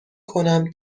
کنم